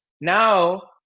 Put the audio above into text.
now